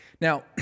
Now